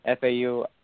FAU